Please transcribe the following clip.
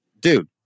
dude